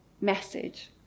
message